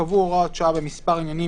קבעו הוראות שעה במספר עניינים,